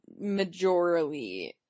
majorly